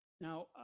Now